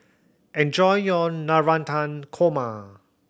enjoy your Navratan Korma